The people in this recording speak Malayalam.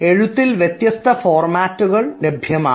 എഴുത്തിൽ വ്യത്യസ്ത ഫോർമാറ്റുകളും ലഭ്യമാണ്